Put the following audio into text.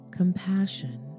compassion